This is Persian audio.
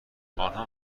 آنها